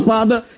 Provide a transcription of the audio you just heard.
Father